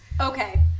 Okay